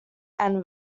and